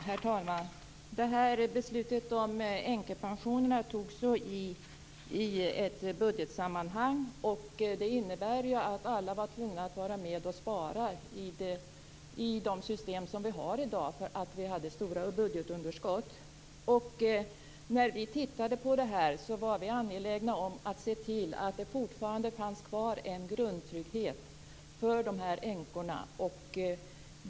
Herr talman! Beslutet om änkepensionerna fattades i ett budgetsammanhang. Det innebär att alla var tvungna att vara med att spara i de system som vi har i dag därför att vi hade stora underskott. När vi tittade på det här var vi angelägna om att se till att det fortfarande fanns kvar en grundtrygghet för dessa änkor.